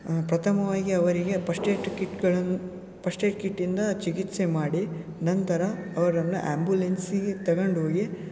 ಪ್ರಥಮವಾಗಿ ಅವರಿಗೆ ಪಸ್ಟ್ಏಡ್ ಕಿಟ್ಗಳನ್ನು ಪಸ್ಟ್ಏಡ್ ಕಿಟ್ಟಿಂದ ಚಿಕಿತ್ಸೆ ಮಾಡಿ ನಂತರ ಅವರನ್ನು ಆ್ಯಂಬುಲೆನ್ಸಿಗೆ ತೊಗೊಂಡೋಗಿ